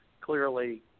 clearly